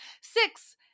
Six